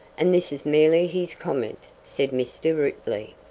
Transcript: and this is merely his comment, said mr. ripley.